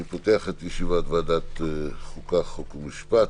אני פותח את ישיבת ועדת החוקה, חוק ומשפט.